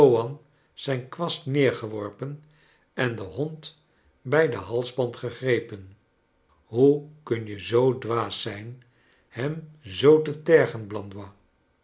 zijn kwast neergeworpen en den hond bij den halsband gegrepen hoe kun je zoo dwaas zijn liem zoo te tergen blandois